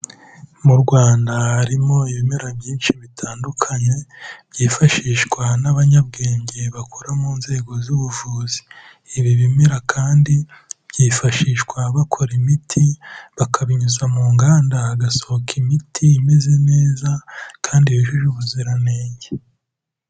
Mu Rwanda harimo ibimera byinshi bitandukanye byifashishwa n'abanyabwenge bakora mu nzego z'ubuvuzi, ibi bimera kandi byifashishwa bakora imiti bakabinyuza mu nganda hagasohoka imiti imeze neza kandi yujuje ubuziranenge.